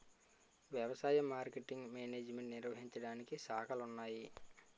వ్యవసాయ marketing management నిర్వహించడానికి శాఖలున్నాయి